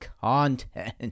content